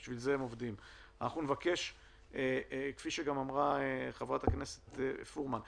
כפי שאמרה חברת הכנסת פורמן,